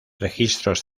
registros